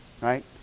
right